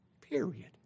Period